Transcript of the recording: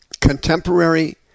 contemporary